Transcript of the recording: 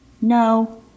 No